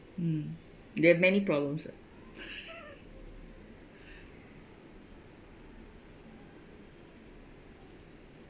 mm there are many problems ah